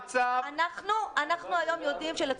אנחנו היום יודעים שלנפש,